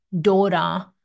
daughter